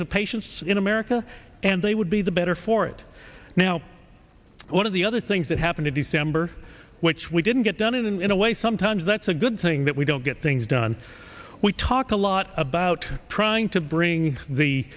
to patients in america and they would be the better for it now one of the other things that happened in december which we didn't get done in a way sometimes that's a good thing that we don't get things done we talked a lot about trying to bring the